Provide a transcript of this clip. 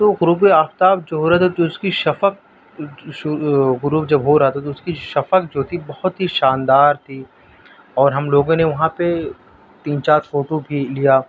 تو غروب آفتاب جو رہا تھا تواس کی شفق غروب جب ہو رہا تھا تو اس کی شفق جو تھی بہت ہی شاندار تھی اور ہم لوگوں نے وہاں پہ تین چار فوٹو بھی لیا